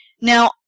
Now